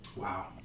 wow